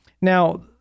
Now